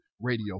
radio